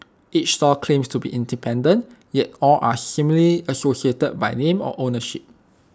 each stall claims to be independent yet all are seemingly associated by name or ownership